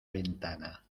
ventana